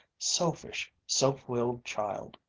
selfish, self-willed child.